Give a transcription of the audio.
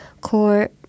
core